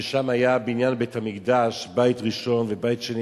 ששם היה בניין בית-המקדש, בית ראשון ובית שני.